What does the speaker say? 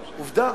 עובדה.